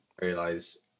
realize